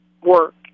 work